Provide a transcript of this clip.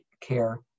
care